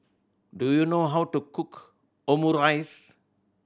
do you know how to cook Omurice